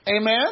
Amen